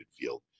field